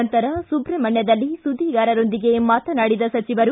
ನಂತರ ಸುಬ್ರಹ್ಮಣ್ಣದಲ್ಲಿ ಸುದ್ದಿಗಾರರೊಂದಿಗೆ ಮಾತನಾಡಿದ ಸಚಿವರು